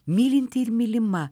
mylinti ir mylima